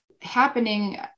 happening